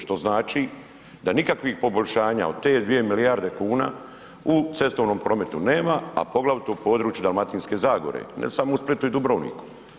Što znači da nikakvih poboljšanja od te 2 milijarde kuna u cestovnom prometu nema a poglavito u području Dalmatinske zagore, ne samo u Splitu i Dubrovniku.